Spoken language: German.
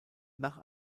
nach